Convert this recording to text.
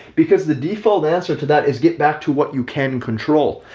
because the default answer to that is get back to what you can control.